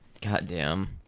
Goddamn